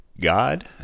God